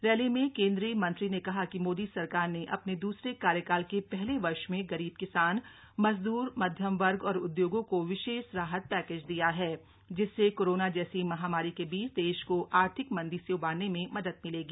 rally में केंद्रीय मंत्री ने कहा कि मोदी सरकार ने अपने द्रसरे कार्यकाल के पहले वर्ष में गरीब किसान मजदूर मध्यम वर्ग और उदयोगों को विशेष राहत पैकेज दिया है जिससे कोरोना जैसी महामारी के बीच देश को आर्थिक मंदी से उबारने में मदद मिलेगी